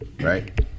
right